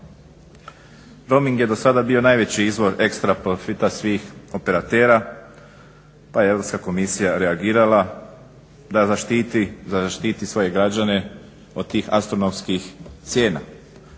Roaming je dosada bio najveći izvor ekstra profita svih operatera pa je Europska komisija reagirala da zaštiti svoje građane od tih astronomskih cijena.